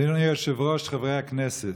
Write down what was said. אדוני היושב-ראש, חברי הכנסת,